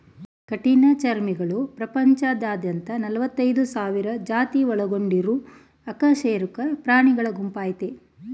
ಕಠಿಣಚರ್ಮಿಗಳು ಪ್ರಪಂಚದಾದ್ಯಂತ ನಲವತ್ತೈದ್ ಸಾವಿರ ಜಾತಿ ಒಳಗೊಂಡಿರೊ ಅಕಶೇರುಕ ಪ್ರಾಣಿಗುಂಪಾಗಯ್ತೆ